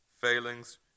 failings